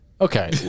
Okay